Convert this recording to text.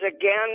again